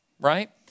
right